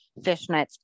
fishnets